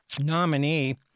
nominee